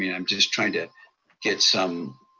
and i'm just trying to get some.